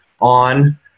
on